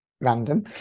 random